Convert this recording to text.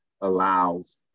allows